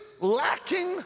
lacking